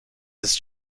ist